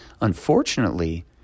Unfortunately